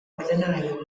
ordenagailu